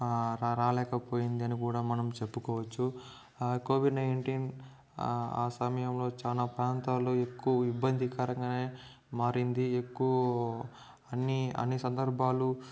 రాలేకపోయింది అని కూడా మనం చెప్పుకోవచ్చు ఆ కోవిడ్ నైన్టీన్ ఆ సమయంలో చాలా ప్రాంతాలు ఎక్కువ ఇబ్బందికరంగానే మారింది ఎక్కు అన్ని అన్ని సందర్భాలు